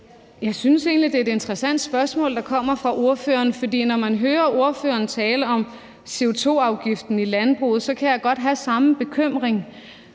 Jeg synes egentlig, det er et interessant spørgsmål, der kommer fra spørgeren, for når man hører spørgeren tale om CO2-afgiften i landbruget, kan jeg godt have samme bekymring.